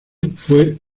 fue